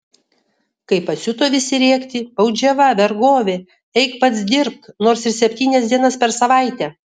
kai pasiuto visi rėkti baudžiava vergovė eik pats dirbk nors ir septynias dienas per savaitę